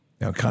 Now